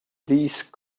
these